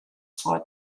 for